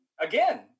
again